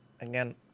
again